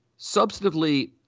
substantively